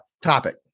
topic